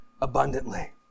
abundantly